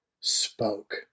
spoke